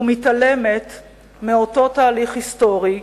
מתעלמים מאותו תהליך היסטורי,